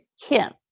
Kim